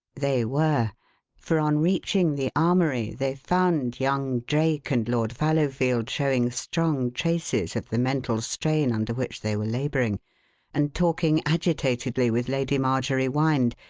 they were for on reaching the armoury they found young drake and lord fallowfield showing strong traces of the mental strain under which they were labouring and talking agitatedly with lady marjorie wynde,